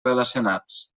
relacionats